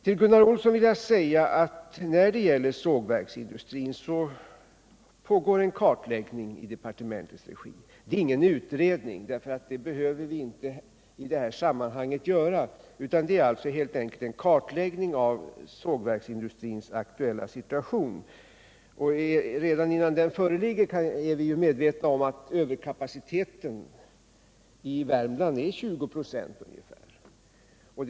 Till Gunnar Olsson vill jag säga att det när det gäller sågverksindustrin pågår en kartläggning i departementets regi. Det är inte någon utredning, eftersom vi inte behöver göra någon sådan i det här sammanhanget, utan som sagt helt enkelt en kartläggning av sågverksindustrins aktuella situation. Redan nu är vi medvetna om att överkapaciteten i Värmland uppgår till ungefär 20 26.